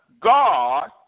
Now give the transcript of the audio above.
God